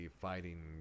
fighting